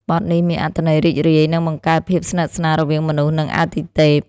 បទនេះមានអត្ថន័យរីករាយ និងបង្កើតភាពស្និទ្ធស្នាលរវាងមនុស្ស និងអាទិទេព។